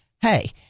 hey